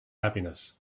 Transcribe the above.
happiness